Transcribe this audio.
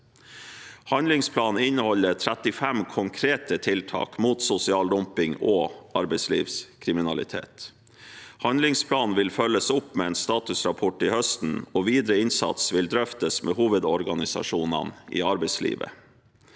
Handlingsplanen inneholder 35 konkrete tiltak mot sosial dumping og arbeidslivskriminalitet. Handlingsplanen vil følges opp med en statusrapport til høsten, og videre innsats vil drøftes med hovedorganisasjonene i arbeidslivet.